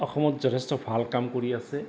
অসমত যথেষ্ট ভাল কাম কৰি আছে